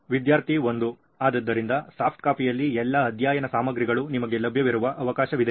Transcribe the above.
ವಿದ್ಯಾರ್ಥಿ 1 ಆದ್ದರಿಂದ ಸಾಫ್ಟ್ಕಾಪಿಯಲ್ಲಿ ಎಲ್ಲಾ ಅಧ್ಯಯನ ಸಾಮಗ್ರಿಗಳು ನಿಮಗೆ ಲಭ್ಯವಿರುವ ಅವಕಾಶವಿದೆ